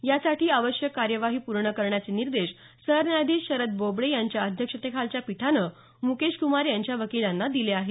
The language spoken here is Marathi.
यासाठी आवश्यक कार्यवाही पूर्ण करण्याचे निर्देश सरन्यायाधीश शरद बोबडे यांच्या अध्यक्षतेखालच्या पीठानं म्केशक्मार यांच्या वकिलांना दिले आहेत